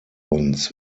uns